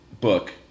book